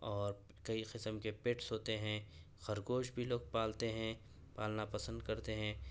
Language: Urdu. اور کئی قسم کے پیٹس ہوتے ہیں خرگوش بھی لوگ پالتے ہیں پالنا پسند کرتے ہیں